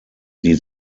die